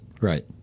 Right